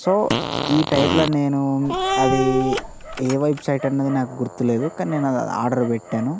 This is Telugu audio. సో ఈ టైపులో నేను అది ఏ వెబ్సైట్ అన్నది నాకు గుర్తులేదు కానీ నేను ఆర్డర్ పెట్టాను